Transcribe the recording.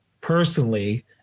personally